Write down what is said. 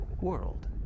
world